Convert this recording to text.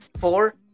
Four